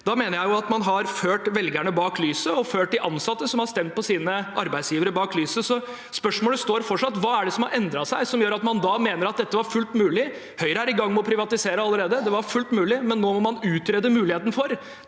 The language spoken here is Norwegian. Da mener jeg at man har ført velgerne bak lyset og ført de ansatte, som har stemt på sine arbeidsgivere, bak lyset. Spørsmålet er fortsatt: Hva er det som har endret seg, siden man da mente at dette var fullt mulig? Høyre er i gang med å privatisere allerede. Det var fullt mulig, men nå må man utrede muligheten for